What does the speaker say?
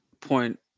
point